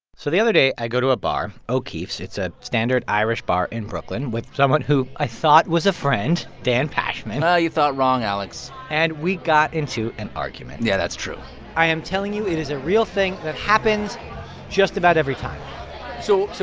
so the other day, i go to a bar o'keefe's. it's a standard irish bar in brooklyn with someone who i thought was a friend, dan pashman and you thought wrong, alex and we got into an argument yeah, that's true i am telling you it is a real thing that happens just about every time so so